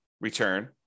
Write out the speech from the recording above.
return